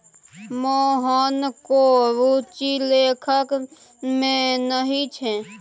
मोहनक रुचि लेखन मे नहि छै